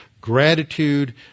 Gratitude